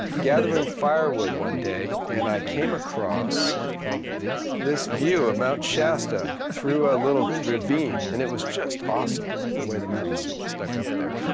gathering firewood one day, and i came across this view of mount shasta through a little ravine, and it was just awesome the way the mountains stuck up there.